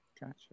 Gotcha